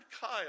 Kyle